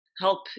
help